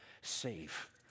safe